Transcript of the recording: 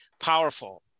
powerful